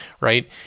right